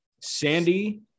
Sandy